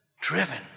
driven